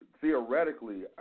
theoretically